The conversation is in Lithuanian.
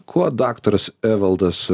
kuo daktaras evaldas